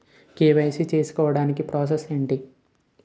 KYC చేసుకోవటానికి process ఏంటి?